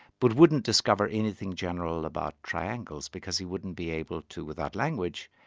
but wouldn't discover anything general about triangles, because he wouldn't be able to, without language,